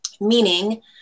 meaning